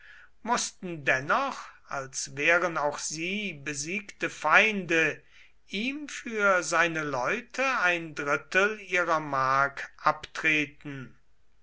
mußten dennoch als wären auch sie besiegte feinde ihm für seine leute ein drittel ihrer mark abtreten